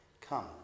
Come